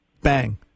bang